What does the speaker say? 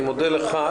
אני מודה לך.